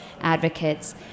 advocates